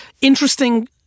interesting